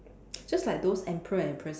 just like those emperor and empress